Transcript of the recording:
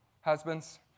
Husbands